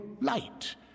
light